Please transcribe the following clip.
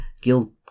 guild